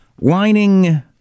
lining